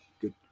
good